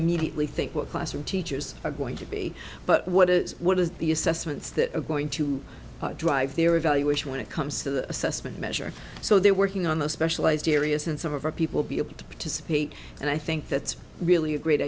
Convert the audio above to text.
immediately think what classroom teachers are going to be but what is what is the assessments that are going to drive their evaluation when it comes assessment measure so they're working on those specialized areas and some of our people be able to participate and i think that's really a great